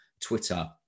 Twitter